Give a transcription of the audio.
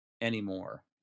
anymore